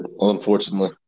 Unfortunately